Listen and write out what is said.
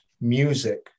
music